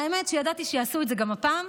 האמת היא שידעתי שיעשו את זה גם הפעם,